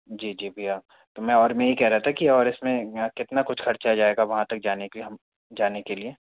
जी जी भैया तो मैं और मैं यह कह रहा था कि और इसमें कितना कुछ खर्चा आ जाएगा वहाँ तक जाने की हम के लिए जाने